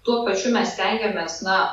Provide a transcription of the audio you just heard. tuo pačiu mes stengiamės na